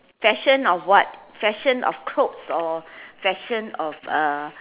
fashion of what fashion of clothes or fashion of uh